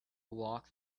walk